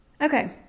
Okay